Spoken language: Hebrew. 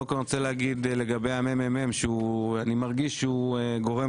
קודם כול אני רוצה להגיד לגבי המ.מ.מ שאני מרגיש שהוא גורם